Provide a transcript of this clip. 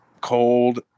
cold